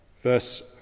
verse